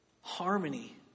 Harmony